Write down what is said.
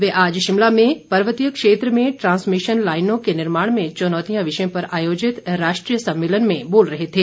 वे आज शिमला में पर्वतीय क्षेत्र में ट्रांसमिशन लाईनों के निर्माण में चुनौतियां विषय पर आयोजित राष्ट्रीय सम्मेलन में बोल रहे थे